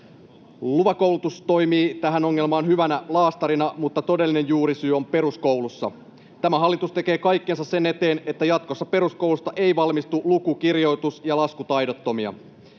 LUVA-koulutus toimii tähän ongelmaan hyvänä laastarina, mutta todellinen juurisyy on peruskoulussa. Tämä hallitus tekee kaikkensa sen eteen, että jatkossa peruskoulusta ei valmistu luku-, kirjoitus- ja laskutaidottomia.